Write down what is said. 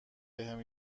بهم